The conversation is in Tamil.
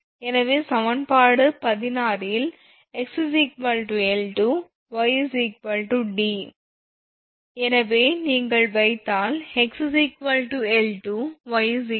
எனவே சமன்பாடு 16 இல் 𝑥 𝐿2 𝑦 d நீங்கள் இதை வைத்தால் 𝑥 𝐿2 𝑦 𝑑